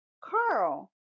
Carl